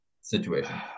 situation